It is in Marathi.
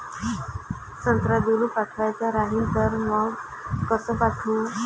संत्रा दूर पाठवायचा राहिन तर मंग कस पाठवू?